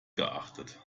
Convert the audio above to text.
geachtet